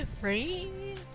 Right